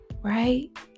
right